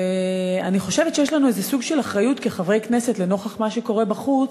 ואני חושבת שיש לנו סוג של אחריות כחברי כנסת לנוכח מה שקורה בחוץ,